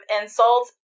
insults